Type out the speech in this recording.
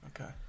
Okay